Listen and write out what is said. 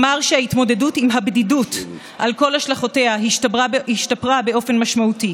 אומר שההתמודדות עם הבדידות על כל השלכותיה השתפרה באופן משמעותי.